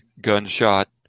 gunshot